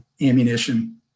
ammunition